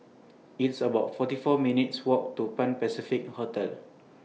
It's about forty four minutes' Walk to Pan Pacific Hotel